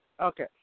Okay